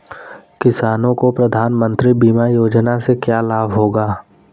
किसानों को प्रधानमंत्री बीमा योजना से क्या लाभ होगा?